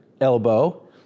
elbow